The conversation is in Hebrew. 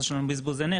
אז יש לנו בזבוז אנרגיה.